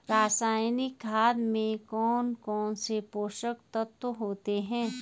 रासायनिक खाद में कौन कौन से पोषक तत्व होते हैं?